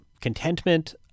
contentment